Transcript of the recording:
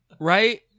right